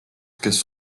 kes